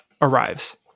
arrives